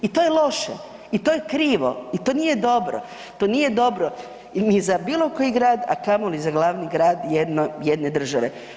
I to je loše i to je krivo i to nije dobro, to nije dobro ni za bilo koji grad, a kamoli za glavni grad jedne države.